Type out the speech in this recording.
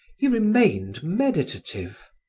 he remained meditative.